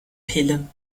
pille